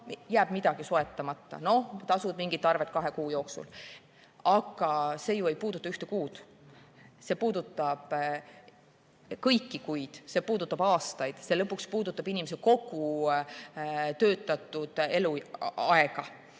jääb midagi soetamata, noh, tasud mingit arvet kahe kuu jooksul. Aga see ju ei puuduta ühte kuud. See puudutab kõiki kuid, see puudutab aastaid, see puudutab lõpuks inimese kogu töötatud eluaega